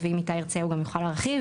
ואם איתי ירצה הוא גם יכול להרחיב,